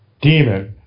Demon